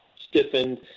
stiffened